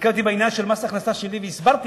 הרציתי בעניין של מס הכנסה שלילי והסברתי